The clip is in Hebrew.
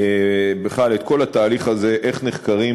בכלל את כל התהליך הזה, איך נחקרים